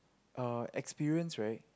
uh experience right